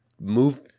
move